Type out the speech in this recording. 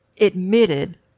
admitted